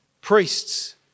Priests